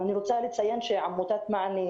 אני רוצה לציין שעמותות "מען",